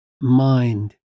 mind